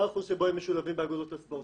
מה האחוז בו הם משולבים באגודות הספורט.